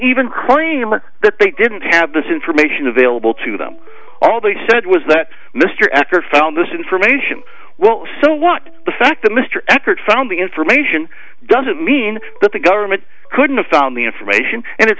even claim that they didn't have this information available to them all they said was that mr acker found this information well so what the fact that mr eckert found the information doesn't mean that the government couldn't found the information and it